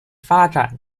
发展